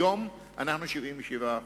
היום אנחנו ב-77%.